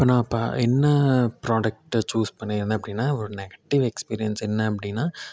இப்போ நான் ப என்ன ஃப்ராடக்ட்டை சூஸ் பண்ணி இருந்தேன் அப்படின்னா ஒரு நெகட்டிவ் எக்ஸ்பீரியன்ஸ் என்ன அப்படின்னா